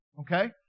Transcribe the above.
Okay